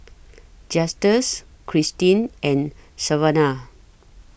Justus Kristin and Savana